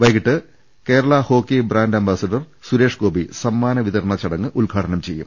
വൈകീട്ട് Kerala hockey brand ambassador Suresh Gopi സമ്മാന വിതരണ ചടങ്ങ് ഉദ്ഘാടനം ചെയ്യും